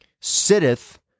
sitteth